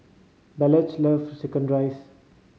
Blanchard love chicken rice